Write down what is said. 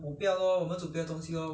要要要 hmm